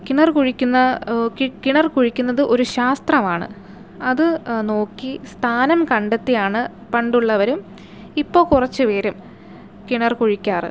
കിണര് കുഴിക്കുന്ന കിണര് കുഴിക്കുന്നത് ഒരു ശാസ്ത്രമാണ് അത് നോക്കി സ്ഥാനം കണ്ടെത്തിയാണ് പണ്ടുള്ളവരും ഇപ്പോൾ കുറച്ചു പേരും കിണർ കുഴിക്കാറുള്ളത്